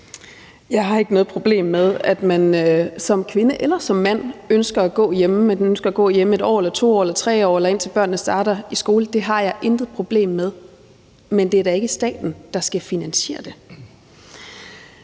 Jeg har ikke noget problem med, at man som kvinde eller som mand ønsker at gå hjemme. At man ønsker at gå hjemme i 1 år, 2 år eller 3 år, eller indtil børnene starter i skole, har jeg intet problem med, men det er da ikke staten, der skal finansiere det.